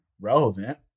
relevant